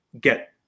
get